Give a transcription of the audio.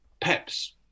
Peps